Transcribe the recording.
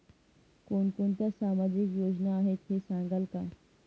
कोणकोणत्या सामाजिक योजना आहेत हे सांगाल का?